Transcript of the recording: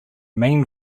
main